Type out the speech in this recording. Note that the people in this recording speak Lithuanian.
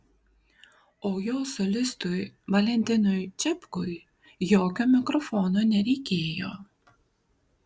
o jo solistui valentinui čepkui jokio mikrofono nereikėjo